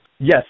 Yes